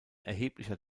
erheblicher